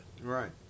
Right